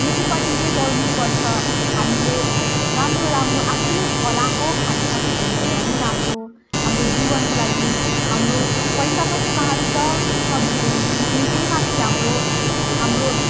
खेतीपाती चाहिँ गर्नैपर्छ हामीले राम्रो राम्रो आफूले फलाएको खान सक्यो भने त झनै राम्रो हाम्रो जीवनको लागि हाम्रो पैसा पनि बाँच्छ सब्जीहरू किन्ने त्यही माथि हाम्रो हाम्रो